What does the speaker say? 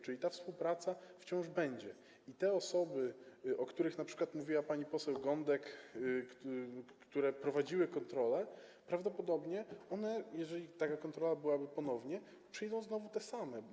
Czyli ta współpraca wciąż będzie i te osoby, o których mówiła np. pani poseł Gądek, które prowadziły kontrole, prawdopodobnie, jeżeli taka kontrola byłaby ponownie, przyjdą znowu te same.